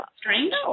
strange